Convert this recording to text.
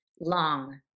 long